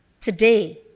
today